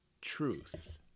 truth